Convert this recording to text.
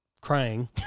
crying